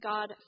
God